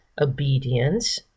obedience